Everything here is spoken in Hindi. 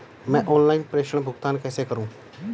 मैं ऑनलाइन प्रेषण भुगतान कैसे करूँ?